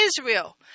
Israel